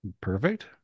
Perfect